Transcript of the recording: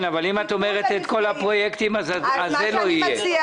אם את אומרת את כל הפרויקטים אז הפרויקט הזה לא יהיה.